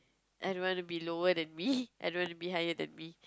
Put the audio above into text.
I don't want to be lower than me I don't want to be higher than me